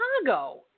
Chicago